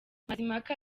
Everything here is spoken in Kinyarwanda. mazimpaka